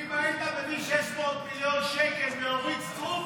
אם היית מביא 600 מיליון שקל מאורית סטרוק,